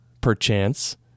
perchance